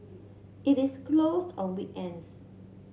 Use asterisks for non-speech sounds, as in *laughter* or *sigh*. it is closes on *unintelligible*